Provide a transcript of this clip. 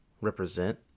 represent